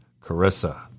Carissa